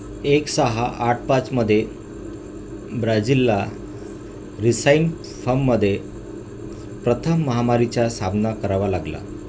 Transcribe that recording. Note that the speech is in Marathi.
एक सहा आठ पाचमध्ये ब्राझीलला रिसाईनफममध्ये प्रथम महामारीचा सामना करावा लागला